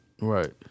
Right